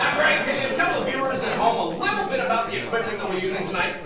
um greg, can you tell the viewers at home a little bit about the equipment they'll be using tonight?